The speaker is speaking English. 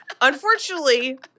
Unfortunately